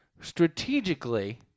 strategically